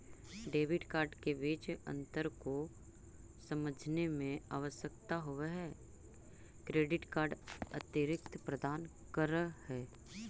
Debit card के बीच अंतर को समझे मे आवश्यक होव है क्रेडिट कार्ड अतिरिक्त प्रदान कर है?